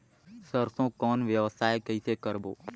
सरसो कौन व्यवसाय कइसे करबो?